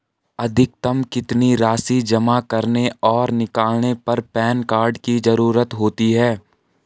अधिकतम कितनी राशि जमा करने और निकालने पर पैन कार्ड की ज़रूरत होती है?